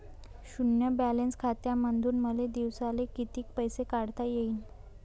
शुन्य बॅलन्स खात्यामंधून मले दिवसाले कितीक पैसे काढता येईन?